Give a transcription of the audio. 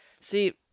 See